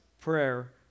prayer